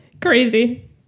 Crazy